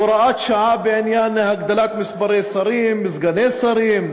הוראת שעה בעניין מספר שרים וסגני שרים,